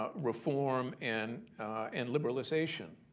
ah reform and and liberalization,